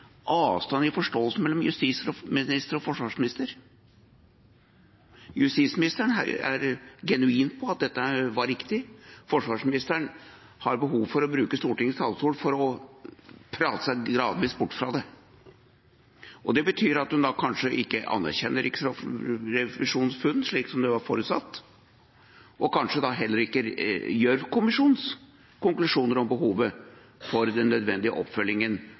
avstand mellom forståelsen til justisministeren og den til forsvarsministeren. Justisministeren er genuin om at dette var riktig. Forsvarsministeren har behov for å bruke Stortingets talerstol til å prate seg gradvis bort fra det. Det betyr at hun kanskje ikke anerkjenner Riksrevisjonens funn, slik det var forutsatt, og kanskje heller ikke Gjørv-kommisjonens konklusjoner om behovet for den nødvendige oppfølgingen